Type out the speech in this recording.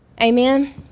amen